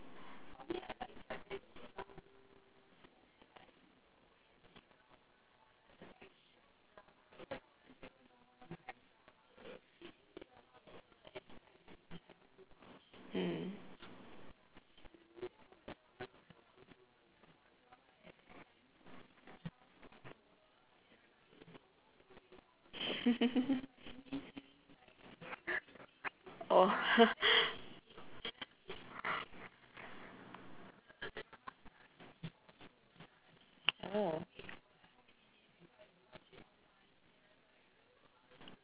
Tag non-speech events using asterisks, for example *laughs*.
mm *laughs* oh